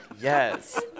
Yes